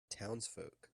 townsfolk